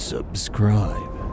Subscribe